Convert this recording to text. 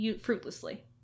fruitlessly